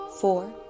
four